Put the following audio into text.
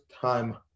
time